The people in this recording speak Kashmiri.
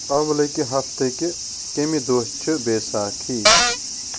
اولٕکہٕ ہفتہٕ کہِ تمہِ دۄہ چھِ بیساکھی